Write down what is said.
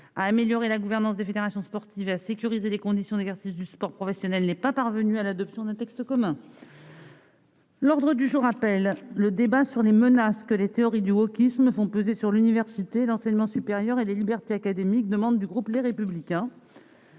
à améliorer la gouvernance des fédérations sportives et à sécuriser les conditions d'exercice du sport professionnel n'est pas parvenu à l'adoption d'un texte commun. L'ordre du jour appelle le débat sur les menaces que les théories du wokisme font peser sur l'université, l'enseignement supérieur et les libertés académiques demande du groupe, les républicains.